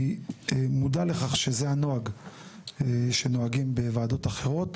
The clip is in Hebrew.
אני מודע לכך שזה הנוהג שנוהגים בוועדות אחרות.